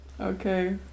Okay